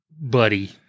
buddy